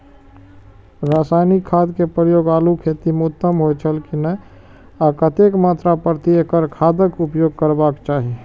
रासायनिक खाद के प्रयोग आलू खेती में उत्तम होय छल की नेय आ कतेक मात्रा प्रति एकड़ खादक उपयोग करबाक चाहि?